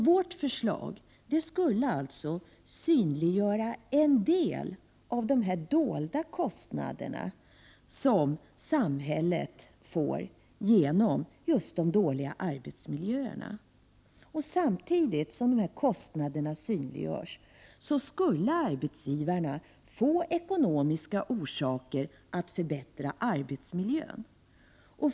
Vårt förslag skulle alltså synliggöra en del av de dolda kostnader som samhället får till följd av just de dåliga arbetsmiljöerna. Samtidigt som dessa kostnader synliggörs skulle arbetsgivarna få ekonomiska skäl att förbättra arbetsmiljön.